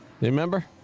Remember